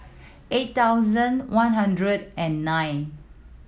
eight thousand one hundred and nine